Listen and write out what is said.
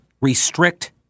restrict